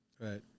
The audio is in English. Right